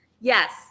Yes